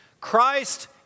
Christ